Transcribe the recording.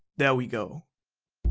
there we go.